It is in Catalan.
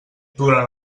durant